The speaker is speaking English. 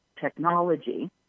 technology